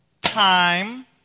time